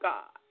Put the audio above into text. God